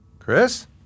Chris